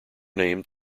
named